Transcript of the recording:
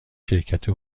شرکت